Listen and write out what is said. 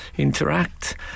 Interact